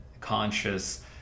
conscious